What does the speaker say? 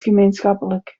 gemeenschappelijk